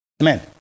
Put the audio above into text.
Amen